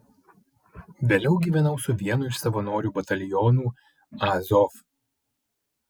vėliau gyvenau su vienu iš savanorių batalionų azov